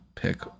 pick